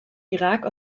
irak